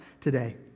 today